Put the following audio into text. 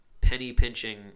penny-pinching